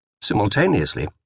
Simultaneously